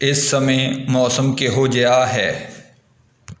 ਇਸ ਸਮੇਂ ਮੌਸਮ ਕਿਹੋ ਜਿਹਾ ਹੈ